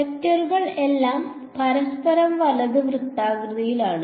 വെക്ടറുകൾ എല്ലാം പരസ്പരം വലത് വൃത്താകൃതിയിലാണ്